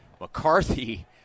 McCarthy